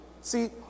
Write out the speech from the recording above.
See